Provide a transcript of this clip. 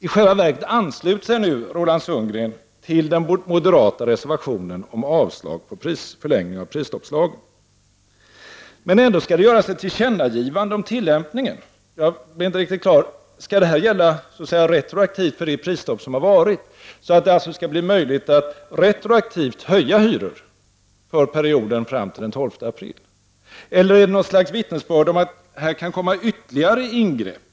I själva verket ansluter sig nu Roland Sundgren till den reservation från bl.a. moderaterna i vilken det yrkas avslag på förlängning av tillämpningstiden av prisregleringslagen. Men ändå skall det göras ett tillkännagivande om tillämpningen! Jag är inte riktigt på det klara med om detta skall gälla retroaktivt för det prisstopp som har varit, dvs. att det skall bli möjligt att retroak tivt höja hyror för perioden fram till den 12 april. Eller är detta något slags vittnesbörd om att här kan komma ytterligare ingrepp?